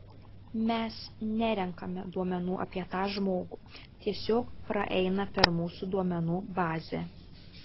mes nerenkame duomenų apie tą žmogų tiesiog praeina per mūsų duomenų bazę